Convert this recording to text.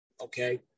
okay